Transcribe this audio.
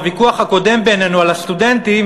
בוויכוח הקודם בינינו על הסטודנטים